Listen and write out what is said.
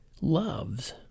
loves